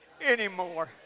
anymore